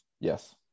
yes